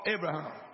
Abraham